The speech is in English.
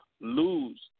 lose